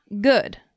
good